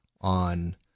on